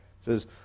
says